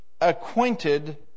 acquainted